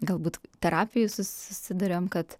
galbūt terapijoj susiduriam kad